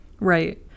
Right